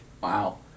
Wow